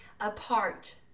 Apart